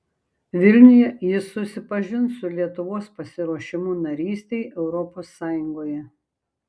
vilniuje jis susipažins su lietuvos pasiruošimu narystei europos sąjungoje